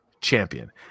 champion